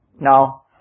Now